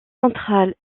central